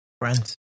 friends